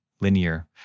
Linear